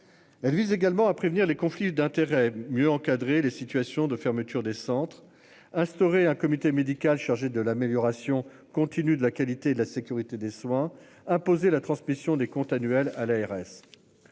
Elle vise également à prévenir les conflits d'intérêts, mieux encadrer les situations de fermeture des centres instaurer un comité médical chargé de l'amélioration continue de la qualité de la sécurité des soins imposé la transmission des comptes annuels à l'ARS.